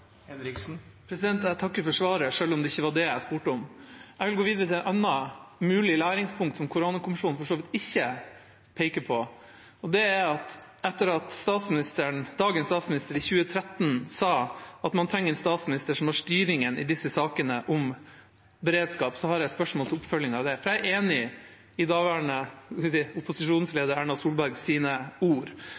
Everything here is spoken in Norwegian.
Jeg takker for svaret, selv om det ikke var det jeg spurte om. Jeg vil gå videre til et annet mulig læringspunkt, som koronakommisjonen for så vidt ikke peker på, og det er at dagens statsminister i 2013 sa at man trenger en statsminister som har styring i sakene om beredskap. Jeg har et spørsmål til oppfølging av det. Jeg er enig i daværende opposisjonsleder Erna Solbergs ord. Men det viktigste kjennetegnet på statsminister Erna